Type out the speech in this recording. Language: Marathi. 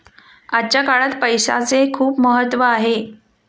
आजच्या काळात पैसाचे खूप महत्त्व आहे